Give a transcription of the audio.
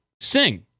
sing